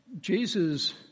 Jesus